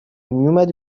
میومدی